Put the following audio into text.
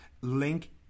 Link